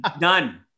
None